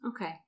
Okay